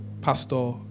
pastor